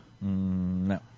No